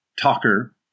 talker